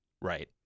Right